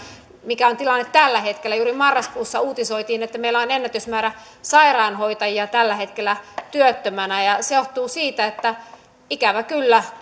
mikä on tilanne tällä hetkellä juuri marraskuussa uutisoitiin että meillä on ennätysmäärä sairaanhoitajia tällä hetkellä työttömänä ja se johtuu siitä ikävä kyllä